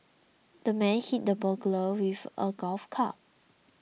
the man hit the burglar with a golf club